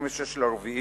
ב-26 באפריל,